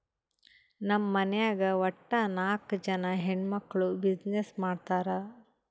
ನಮ್ ಮನ್ಯಾಗ್ ವಟ್ಟ ನಾಕ್ ಜನಾ ಹೆಣ್ಮಕ್ಕುಳ್ ಬಿಸಿನ್ನೆಸ್ ಮಾಡ್ತಾರ್